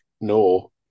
no